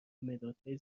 مدادهای